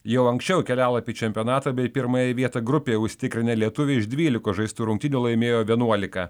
jau anksčiau kelialapį į čempionatą bei pirmąją vietą grupėje užsitikrinę lietuviai iš dvylikos žaistų rungtynių laimėjo vienuolika